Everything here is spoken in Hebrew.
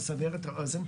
על מנת לסבר את האוזן,